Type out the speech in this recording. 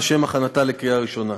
לשם הכנתה לקריאה ראשונה.